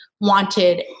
wanted